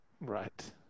Right